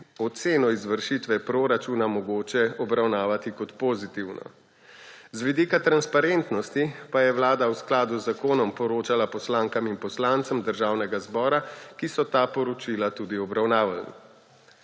oceno izvršitve proračuna mogoče obravnavati kot pozitivno. Z vidika transparentnosti pa je vlada v skladu z zakonom poročala poslankam in poslancem Državnega zbora, ki so ta poročila tudi obravnavali.